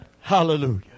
Hallelujah